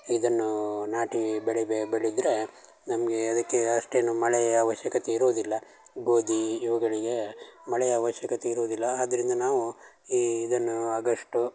ಇದನ್ನೂ ನಾಟಿ ಬೆಳಿಬೆ ಬೆಳೆದ್ರೆ ನಮಗೆ ಅದಕ್ಕೆ ಅಷ್ಟೇನೂ ಮಳೆಯ ಅವಶ್ಯಕತೆ ಇರುವುದಿಲ್ಲ ಗೋಧಿ ಇವುಗಳಿಗೆ ಮಳೆಯ ಅವಶ್ಯಕತೆ ಇರುವುದಿಲ್ಲ ಆದ್ದರಿಂದ ನಾವು ಈ ಇದನ್ನು ಅಗಸ್ಟು